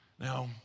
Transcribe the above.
Now